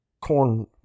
corn